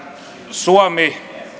suomi